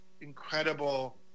incredible